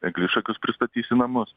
eglišakius pristatys į namus